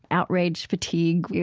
outrage fatigue, yeah